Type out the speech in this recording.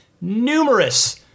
numerous